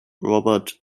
robert